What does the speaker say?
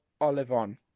Olivon